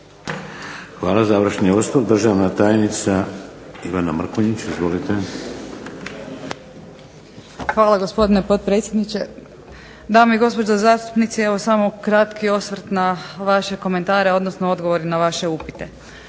Hvala. Završni osvrt, državna tajnica Ivana Mrkonjić. Izvolite. **Mrkonjić, Ivana** Hvala gospodine potpredsjedniče. Dame i gospodo zastupnici, evo samo kratki osvrt na vaše komentare, odnosno odgovore na vaše upite.